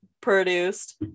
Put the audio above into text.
produced